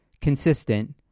consistent